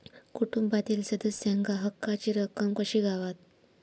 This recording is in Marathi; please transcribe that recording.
कुटुंबातील सदस्यांका हक्काची रक्कम कशी गावात?